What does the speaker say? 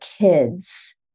kids